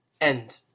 End